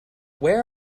where